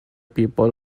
people